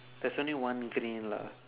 there's only one green lah